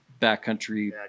backcountry